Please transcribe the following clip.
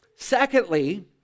Secondly